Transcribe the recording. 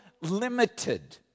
limited